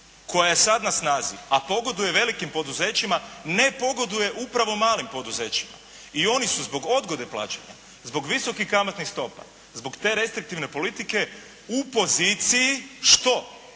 koja je sad na snazi, a pogoduje velikim poduzećima ne pogoduje upravo malim poduzećima. I oni su zbog odgode plaćanja, zbog visokih kamatnih stopa, zbog te restriktivne politike u poziciji što?